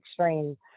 extreme